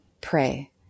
pray